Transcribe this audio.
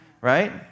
Right